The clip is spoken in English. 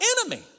enemy